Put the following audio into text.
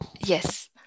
Yes